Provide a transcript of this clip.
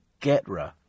Getra